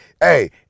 hey